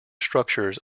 structures